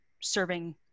serving